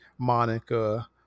Monica